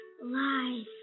Lies